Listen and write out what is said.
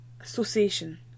association